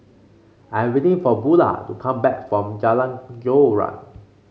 I am waiting for Bula to come back from Jalan Joran